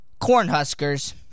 Cornhuskers